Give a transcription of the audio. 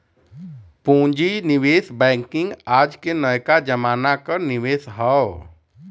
पूँजी निवेश बैंकिंग आज के नयका जमाना क निवेश हौ